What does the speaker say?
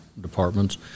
departments